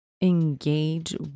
engage